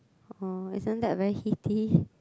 uh isn't that very heaty